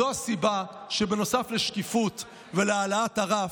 זו הסיבה שנוסף לשקיפות ולהעלאת הרף,